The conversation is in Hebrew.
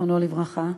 זיכרונו לברכה,